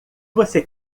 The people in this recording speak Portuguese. você